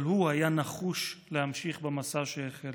אבל הוא היה נחוש להמשיך במסע שהחל.